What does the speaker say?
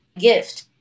gift